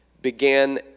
began